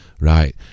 Right